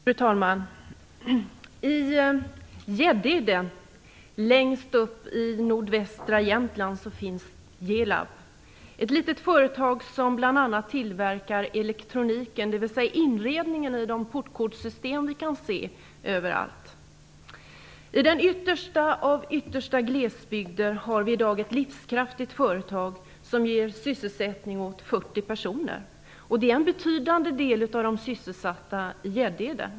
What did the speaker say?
Fru talman! I Gäddede längst upp i nordvästra Jämtland finns Gelab. Det är ett litet företag som bl.a. tillverkar elektroniken, dvs. inredningen, i de portkodssystemen vi kan se överallt. I den yttersta av yttersta glesbygder har vi i dag ett livskraftigt företag som ger sysselsättning åt 40 personer. Det är en betydande del av de sysselsatta i Gäddede.